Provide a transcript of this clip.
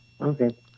Okay